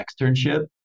externship